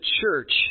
church